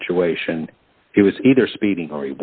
situation he was either speeding or